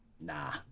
nah